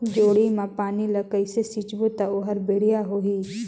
जोणी मा पानी ला कइसे सिंचबो ता ओहार बेडिया होही?